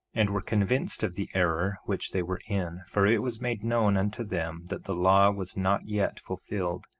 and were convinced of the error which they were in, for it was made known unto them that the law was not yet fulfilled,